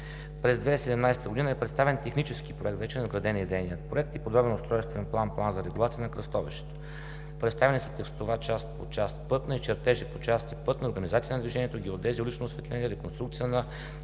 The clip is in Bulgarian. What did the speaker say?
През 2017 г. е представен технически проект, вече е надграден и идейният проект, и подробен устройствен план, план за регулация на кръстовище. Представени са текстова част по част „Пътна“ и чертежи по части „Пътна“, „Организация на движението“, „Геодезия“, „Улично осветление“, „Реконструкция на